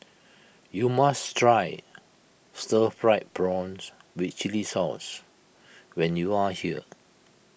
you must Try Stir Fried Prawn with Chili Sauce when you are here